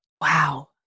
Wow